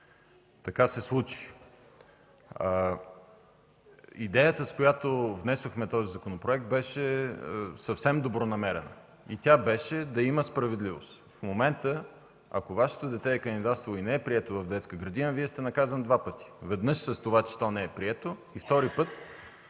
Така се случи. Идеята, с която внесохме законопроекта, беше съвсем добронамерена – да има справедливост. Ако в момента Вашето дете е кандидатствало и не е прието в детска градина, Вие сте наказан два пъти – веднъж с това, че не е прието; и втори път,